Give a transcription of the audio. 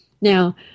Now